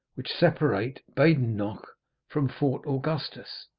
which separate badenoch from fort augustus.